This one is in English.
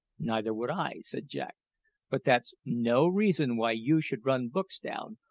neither would i, said jack but that's no reason why you should run books down,